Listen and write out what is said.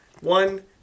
One